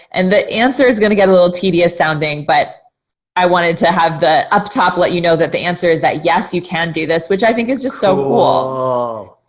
and the answer is gonna get a little tedious sounding, but i wanted to have the up top, let you know that the answer is that yes, you can do this, which i think is just so cool.